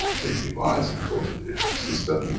they devise a totally different system,